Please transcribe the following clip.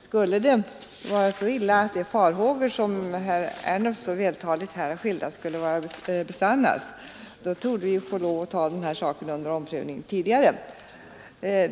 Skulle det vara så illa att de farhågor besannas som herr Ernulf så vältaligt här har skildrat, då torde vi få lov att ta den här saken under omprövning tidigare.